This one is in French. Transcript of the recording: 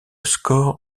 score